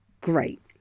Great